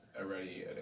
already